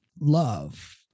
love